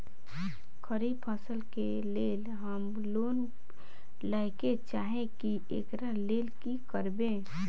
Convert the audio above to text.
खरीफ फसल केँ लेल हम लोन लैके चाहै छी एकरा लेल की करबै?